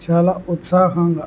చాలా ఉత్సాహంగా